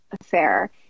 affair